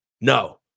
No